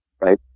right